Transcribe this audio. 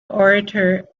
orator